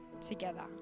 together